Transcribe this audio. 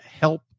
help